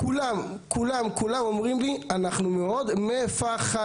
כולם אומרים לי, אנחנו מאוד מפחדים.